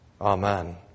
Amen